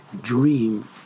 dream